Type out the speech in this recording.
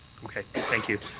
okay. thank you.